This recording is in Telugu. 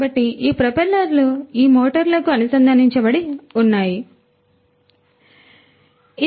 కాబట్టి ఈ ప్రొపెల్లర్లు ఈ మోటారులకు అనుసంధానించబడి ఉన్నాయి ఇది మోటారు